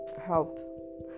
help